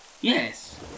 Yes